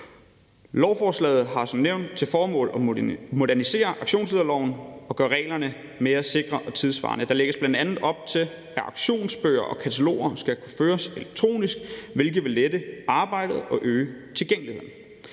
Lovforslaget har som nævnt til formål at modernisere auktionslederloven og gøre reglerne mere sikre og tidssvarende. Der lægges bl.a. op til, at auktionsbøger og -kataloger skal kunne føres elektronisk, hvilket vil lette arbejdet og øge tilgængeligheden.